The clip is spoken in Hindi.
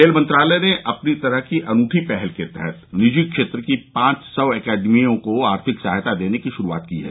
खेल मंत्रालय ने अपनी तरह की अनूठी पहल के तहत निजी क्षेत्र की पांच सौ अकादमियों को आर्थिक सहायता देने की शुरुआत की है